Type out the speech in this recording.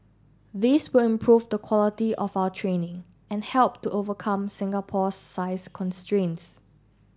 this will improve the quality of our training and help to overcome Singapore's size constraints